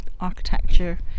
architecture